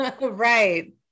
Right